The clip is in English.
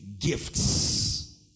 gifts